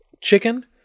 chicken